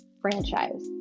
franchise